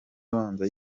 abanza